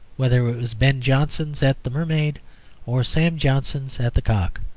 whether it was ben johnson's at the mermaid or sam johnson's at the cock.